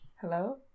Hello